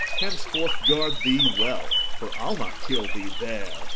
henceforth guard thee well for i'll not kill thee there,